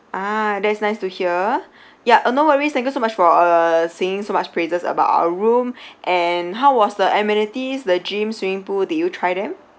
ah that's nice to hear yeah uh no worries thank you so much for uh singing so much praises about our room and how was the amenities the gym swimming pool did you try them